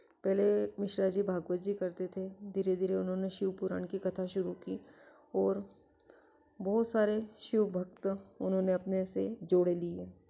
पहले मिश्रा जी भागवत जी करते थे धीरे धीरे उन्होंने शिवपुराण की कथा शुरू की और बहुत सारे शिवभक्त उन्होंने अपने से जोड़ लिए